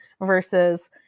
versus